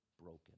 broken